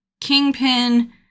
kingpin